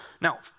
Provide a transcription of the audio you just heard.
Now